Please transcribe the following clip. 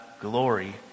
glory